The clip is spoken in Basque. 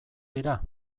dira